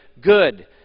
good